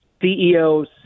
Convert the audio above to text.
CEOs